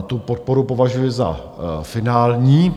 Tu podporu považuji za finální.